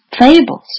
fables